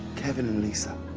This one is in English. kevin and lisa.